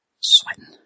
Sweating